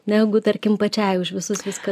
negu tarkim pačiai už visus viską